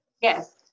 Yes